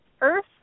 Earth